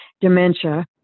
dementia